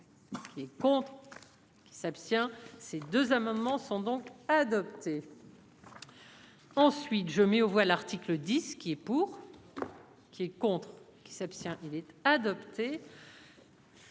Les comptes. Qui s'abstient. Ces deux amendements sont donc adopté. Oui. Ensuite, je mets aux voix l'article 10. Qui est pour. Qui est contre. Qui s'abstient. Il était adopté.